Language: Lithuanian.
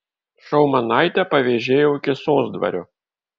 šaumanaitę pavėžėjau iki sosdvario